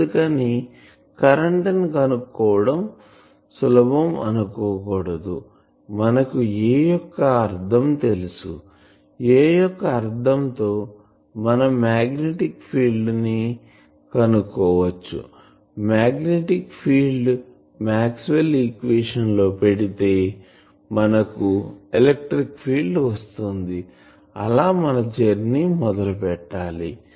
అందుకని కరెంటు ని కనుక్కోవటం సులభం అనుకుకోకూడదు మనకు A యొక్క అర్ధం తెలుసు A యొక్క అర్ధం తో మనం మాగ్నెటిక్ ఫీల్డ్ ని కనుకోవచ్చు మాగ్నెటిక్ ఫీల్డ్ ని మాక్స్వెల్ ఈక్వేషన్ లో పెడితే మనకు ఎలక్ట్రిక్ ఫీల్డ్ తెలుస్తుంది అలా మన జర్నీమొదలు పెట్టాలి